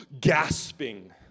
gasping